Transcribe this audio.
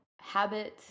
habit